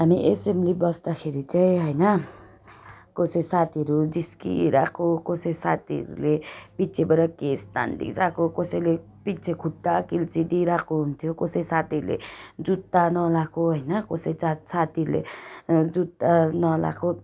हामी एसेम्बली बस्दाखेरि चाहिँ होइन कसै साथीहरू जिस्किरहेको कसै साथीहरूले पछिबाट केस तानिदिरहेको कसैले पिच्छे खुट्टा कुल्चिदिरहेको हुन्थ्यो कसै साथीहरूले जुत्ता नलाएको होइन कसै साथ साथीले जुत्ता नलाएको